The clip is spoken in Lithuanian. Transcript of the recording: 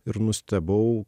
ir nustebau